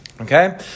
okay